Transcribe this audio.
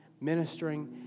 ministering